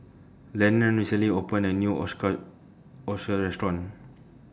Lenon recently opened A New Ochazuke Restaurant